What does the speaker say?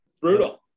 Brutal